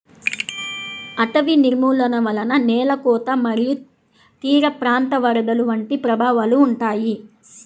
అటవీ నిర్మూలన వలన నేల కోత మరియు తీరప్రాంత వరదలు వంటి ప్రభావాలు ఉంటాయి